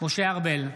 משה ארבל,